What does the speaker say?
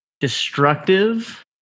destructive